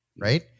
right